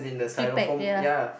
pre packed ya